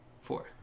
Four